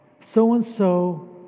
So-and-so